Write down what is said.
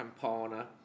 Campana